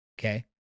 Okay